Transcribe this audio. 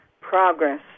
progress